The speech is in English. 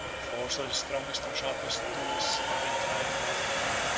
the force of the strongest and sharpest tools had been tried without effect.